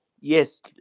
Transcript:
Yes